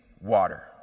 water